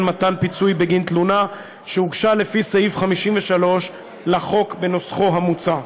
מתן פיצוי בגין תלונה שהוגשה לפי סעיף 53 לחוק בנוסחו המוצע.